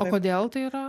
o kodėl tai yra